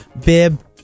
bib